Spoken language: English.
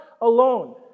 alone